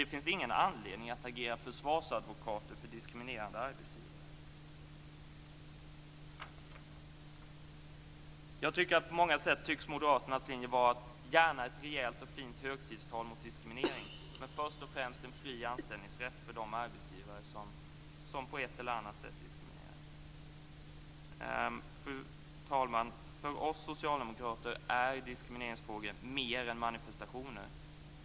Det finns ingen anledning att agera försvarsadvokater för diskriminerande arbetsgivare. På många sätt tycks Moderaternas linje vara att gärna hålla ett rejält högtidstal mot diskriminering, men först och främst skall det finnas en fri anställningsrätt för de arbetsgivare som på ett eller annat sätt diskriminerar. Fru talman! För oss socialdemokrater är diskrimineringsfrågor mer än manifestationer.